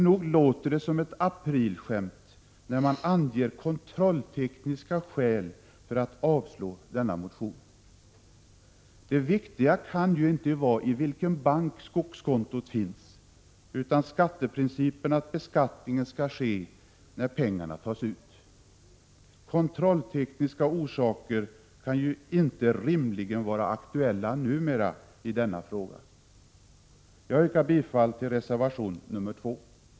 Nog låter det som ett aprilskämt när man anger kontrolltekniska skäl för att avstyrka denna motion! Det viktiga kan ju inte vara i vilken bank skogskontot finns, utan skatteprincipen att beskattning skall ske när pengarna tas ut. Kontrolltekniska orsaker kan inte rimligen vara aktuella numera i denna fråga. Jag yrkar bifall till reservation nr 2.